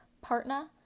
partner